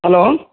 hello